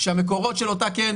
שהמקורות של אותה קרן,